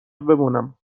بمونم